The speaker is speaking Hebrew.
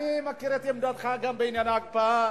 אני מכיר את עמדתך גם בעניין ההקפאה,